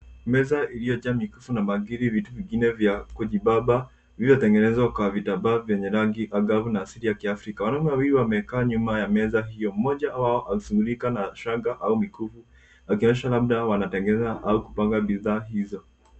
Meza iliyojaa mikufu na bangili, vitu vingine vya kujipamba vilivyotengenezwa kwa vitambaa vyenye rangi angavu na asili ya kiafrika. Wanaume wawili wamekaa nyuma ya meza hio, mmoja wao akishughulika na shanga au mikufu akionyesha labda wanatengeneza au kupanga bidhaa hizo.